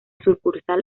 sucursal